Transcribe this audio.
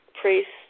priests